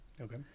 okay